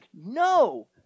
no